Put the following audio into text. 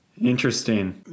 interesting